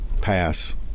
Pass